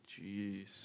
jeez